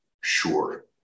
Sure